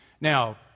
Now